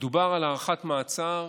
מדובר על הארכת מעצר